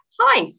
hi